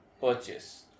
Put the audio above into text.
purchase